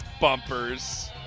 bumpers